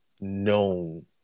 known